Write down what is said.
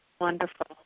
Wonderful